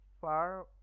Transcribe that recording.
far